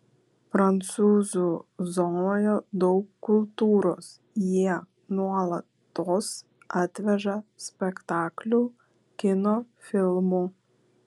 prancūzų zonoje daug kultūros jie nuolatos atveža spektaklių kino filmų